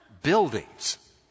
buildings